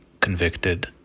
convicted